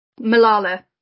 Malala